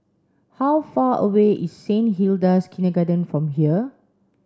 how far away is Saint Hilda's Kindergarten from here